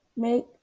make